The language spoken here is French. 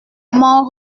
mon